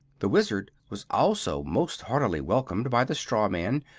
the wizard was also most heartily welcomed by the straw man,